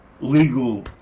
legal